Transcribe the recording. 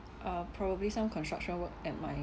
uh probably some construction work at my